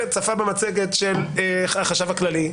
הוא צפה במצגת של החשב הכללי,